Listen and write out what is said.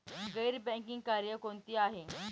गैर बँकिंग कार्य कोणती आहेत?